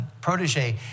protege